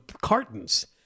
cartons